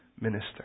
minister